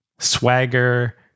swagger